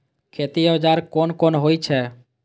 खेती औजार कोन कोन होई छै?